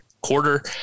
quarter